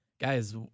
Guys